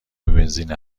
بنزین